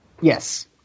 Yes